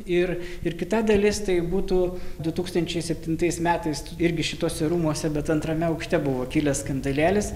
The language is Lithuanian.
ir ir kita dalis tai būtų du tūkstančiai septintais metais irgi šituose rūmuose bet antrame aukšte buvo kilęs skandalėlis